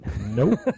Nope